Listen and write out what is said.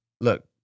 look